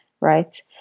right